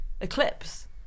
eclipse